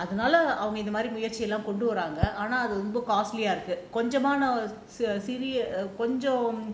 அதுனால அவங்க இது மாரி முயற்சி எல்லாம் கொண்டு வராங்க ஆனா அது ரொம்ப இருக்கு கொஞ்சமான சிறிய கொஞ்சம்:athunaala vanthu avanga palavakaiyaana muyarchikal vanthu avangaluku vanthu epadi vanthu pannalaam apdingratha pakkanum illaiyaa athunaala avanga ithu mari muyarchi ellaam kondu varaanga aana athu iruku konjamaana siriya konjam